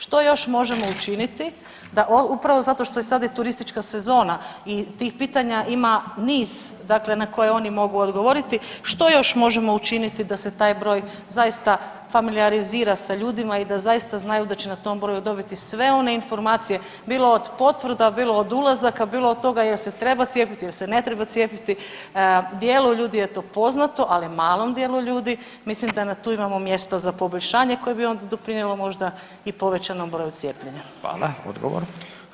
Što još možemo učiniti da, upravo zato što je sad i turistička sezona i tih pitanja ima niz dakle na koje oni mogu odgovoriti, što još možemo učiniti da se taj broj zaista familijarizira sa ljudima i da zaista znaju da će na tom broju dobiti sve one informacije bilo od potvrda, bilo od ulazaka, bilo od toga jel se treba cijepiti, jel se ne treba cijepiti, dijelu ljudi je to poznato, ali malom dijelu ljudi mislim da na tu imamo mjesta za poboljšanje koje bi onda doprinijelo možda i povećanom broju cijepljenja.